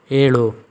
ಏಳು